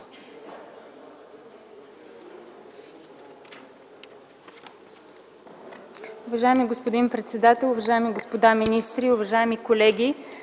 Уважаеми господин председател, уважаеми господа министри, уважаеми колеги!